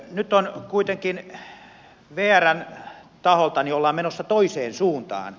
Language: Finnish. nyt kuitenkin vrn taholta ollaan menossa toiseen suuntaan